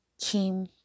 Kim